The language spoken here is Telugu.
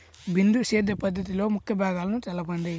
బిందు సేద్య పద్ధతిలో ముఖ్య భాగాలను తెలుపండి?